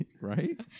Right